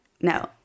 no